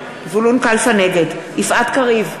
נגד יפעת קריב,